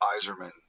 Iserman